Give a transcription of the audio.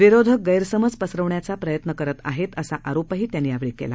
विरोधक गैरसमज पसरवण्याचा प्रयत्न करत आहे असा आरोपही त्यांनी केला